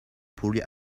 poorly